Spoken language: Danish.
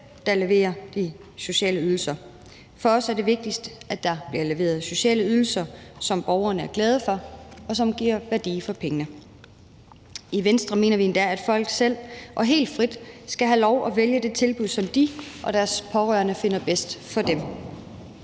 der leverer de sociale ydelser. For os er det vigtigst, at der bliver leveret sociale ydelser, som borgerne er glade for, og som giver værdi for pengene. I Venstre mener vi endda, at folk selv og helt frit skal have lov at vælge det tilbud, som de og deres pårørende finder bedst for dem.